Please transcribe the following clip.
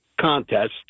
contest